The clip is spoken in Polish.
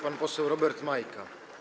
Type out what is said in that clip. Pan poseł Robert Majka.